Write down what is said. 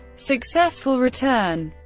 successful return